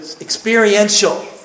experiential